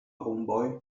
homeboy